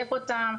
שנדייק אותן.